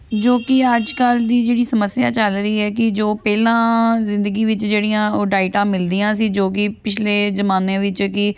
ਜੋ ਕਿ ਅੱਜ ਕੱਲ੍ਹ ਦੀ ਜਿਹੜੀ ਸਮੱਸਿਆ ਚੱਲ ਰਹੀ ਹੈ ਕਿ ਜੋ ਪਹਿਲਾਂ ਜ਼ਿੰਦਗੀ ਵਿੱਚ ਜਿਹੜੀਆਂ ਉਹ ਡਾਇਟਾਂ ਮਿਲਦੀਆਂ ਸੀ ਜੋ ਕਿ ਪਿਛਲੇ ਜਮਾਨਿਆਂ ਵਿੱਚ ਕਿ